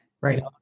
Right